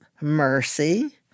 mercy